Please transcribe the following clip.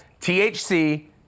THC